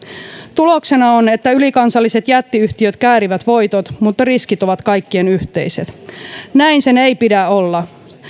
tuloksena on että ylikansalliset jättiyhtiöt käärivät voitot mutta riskit ovat kaikkien yhteiset näin sen ei pidä olla